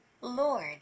Lord